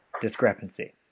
discrepancy